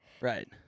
Right